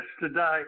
today